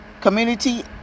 community